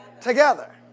Together